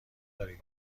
دارید